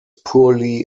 poorly